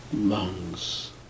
Lungs